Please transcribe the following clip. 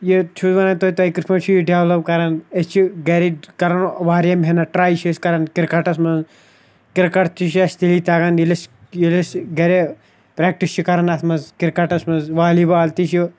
یہِ تہِ چھُس وَنان تۄہِہ تۄہِہ کِتھ پٲٹھۍ چھُ یہِ ڈٮ۪ولَپ کَران أسۍ چھِ گَری کَران واریاہ محنت ٹرٛے چھِ أسۍ کَران کِرکَٹَس منٛز کِرکَٹ تہِ چھُ اَسہِ تیٚلی تَگان ییٚلہِ اَسہِ ییٚلہِ اَسہِ گری پرٛٮ۪کٹِس چھِ کَران اَتھ منٛز کِرکَٹَس منٛز والی بال تہِ چھِ